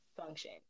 function